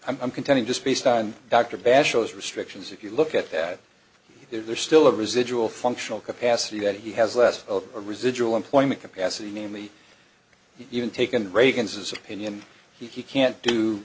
him i'm contending just based on dr bash those restrictions if you look at that there's still a residual functional capacity that he has less of a residual employment capacity namely even taken reagan's his opinion he can't do